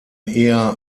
eher